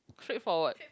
straightforward